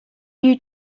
new